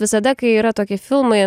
visada kai yra tokie filmai